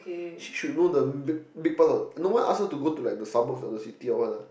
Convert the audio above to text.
she should know the big big parts no one ask her to go to like the suburb or the city or what ah